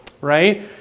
right